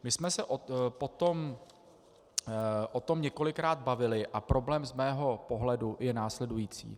My jsme se potom o tom několikrát bavili a problém z mého pohledu je následující.